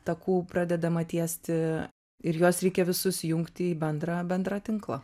takų pradedama tiesti ir juos reikia visus jungti į bendrą bendrą tinklą